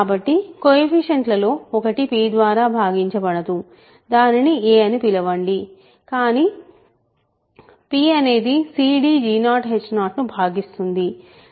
కాబట్టి కొయెఫిషియంట్ లలో ఒకటి p ద్వారా భాగించబడదు దానిని a అని పిలవండి కాని p అనేది cdg0h0 ను భాగిస్తుంది